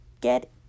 get